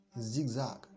zigzag